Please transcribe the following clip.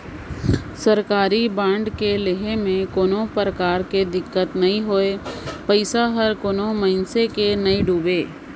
सरकारी बांड के लेहे में कोनो परकार के दिक्कत नई होए पइसा हर कोनो मइनसे के नइ डुबे